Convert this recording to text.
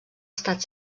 estat